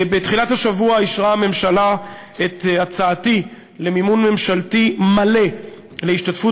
בתחילת השבוע אישרה הממשלה את הצעתי למימון ממשלתי מלא של השתתפות